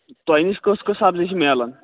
تۄہہِ نِش کۄس کۄس سَبزی چھِ میلان